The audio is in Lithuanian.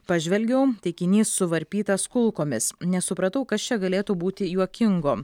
pažvelgiau taikinys suvarpytas kulkomis nesupratau kas čia galėtų būti juokingo